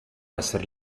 essere